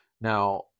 now